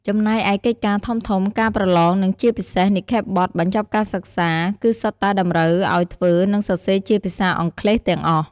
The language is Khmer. ចំណែកឯកិច្ចការធំៗ ការប្រឡង និងជាពិសេស និក្ខេបបទបញ្ចប់ការសិក្សា គឺសុទ្ធតែតម្រូវឱ្យធ្វើ និងសរសេរជា ភាសាអង់គ្លេស ទាំងអស់។